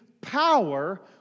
power